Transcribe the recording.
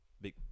big